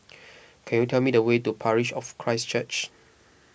can you tell me the way to Parish of Christ Church